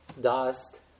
dust